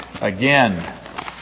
again